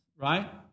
right